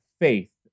faith